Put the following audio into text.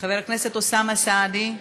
חבר הכנסת אוסאמה סעדי,